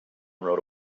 rode